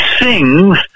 sings